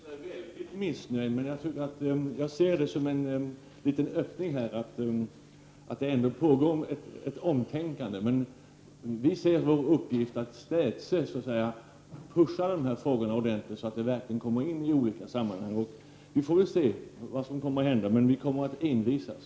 Herr talman! Jag är inte så missnöjd. Jag ser det som en öppning att det ändå pågår ett omtänkande. Vi ser vår uppgift att städse ”pusha” på frågorna ordentligt så att de verkligen kommer med i olika sammanhang. Vi får väl se vad som kommer att hända — men vi kommer att envisas.